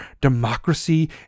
democracy